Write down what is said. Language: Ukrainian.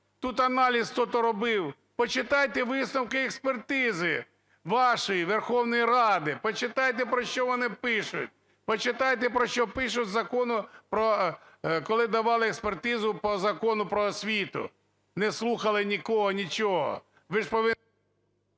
Тут аналіз хто-то робив? Почитайте висновки експертизи вашої, Верховної Ради, почитайте, про що вони пишуть. Почитайте, про що пишуть, коли давали експертизу по Закону "Про освіту", не слухали нікого, нічого… ГОЛОВУЮЧИЙ.